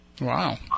Wow